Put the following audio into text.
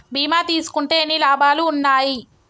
బీమా తీసుకుంటే ఎన్ని లాభాలు ఉన్నాయి?